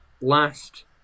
last